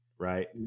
Right